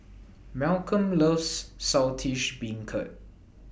Malcom loves Saltish Beancurd